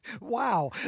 Wow